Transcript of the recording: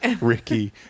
Ricky